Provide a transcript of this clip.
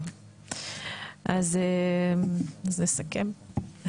טוב, אז נסכם.